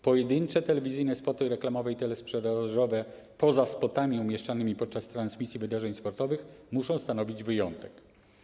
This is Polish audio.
Pojedyncze telewizyjne spoty reklamowe i telesprzedażowe, poza spotami umieszczanymi podczas transmisji wydarzeń sportowych, muszą stanowić wyjątek.